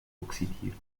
oxidiert